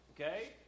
Okay